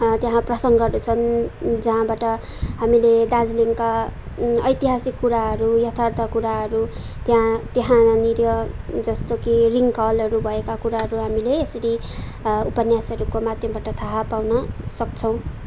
त्यहाँ प्रसङ्गहरू छन् जहाँबाट हामीले दार्जिलिङका ऐतिहासिक कुराहरू यथार्थ कुराहरू त्यहाँ त्यहाँनिर जस्तो कि रिङ्क हलहरू भएका कुराहरू हामीले यसरी उपन्यासहरूको माध्यमबाट थाहा पाउन सक्छौँ